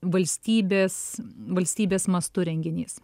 valstybės valstybės mastu renginys